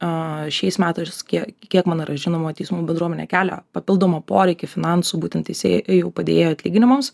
šiais metais kiek man yra žinoma teismų bendruomenė kelia papildomą poreikį finansų būtent teisėjų padėjėjų atlyginimams